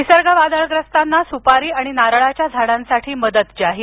निसर्ग वादळग्रस्तांना सुपारी आणि नारळाच्या झाडांसाठी मदत जाहीर